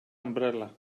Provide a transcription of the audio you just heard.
umbrella